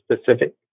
specific